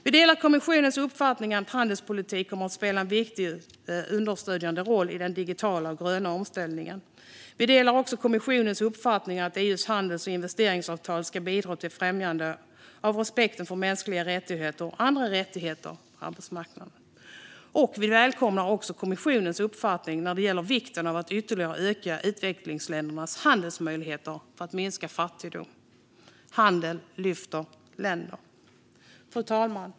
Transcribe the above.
Vi delar kommissionens uppfattning att handelspolitik kommer att spela en viktig understödjande roll i den digitala gröna omställningen. Vi delar också kommissionens uppfattning att EU:s handels och investeringsavtal ska bidra till främjande av respekten för mänskliga rättigheter och andra rättigheter på arbetsmarknaden. Vi välkomnar också kommissionens uppfattning när det gäller vikten av att ytterligare öka utvecklingsländernas handelsmöjligheter för att minska fattigdom. Handel lyfter länder. Fru talman!